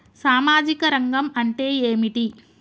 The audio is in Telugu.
సామాజిక రంగం అంటే ఏమిటి?